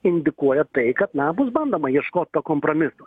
indikuoja tai kad na bus bandoma ieškot to kompromiso